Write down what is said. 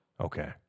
Okay